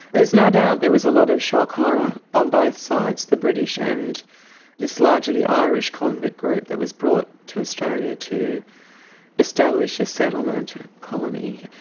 there's no doubt there was a lot of shock horror on both sides, the british and this largely irish convict group that was brought to australia to establish a settlement, a colony,